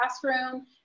classroom